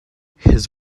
his